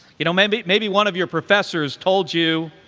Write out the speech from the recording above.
you know, maybe maybe one of your professors told you,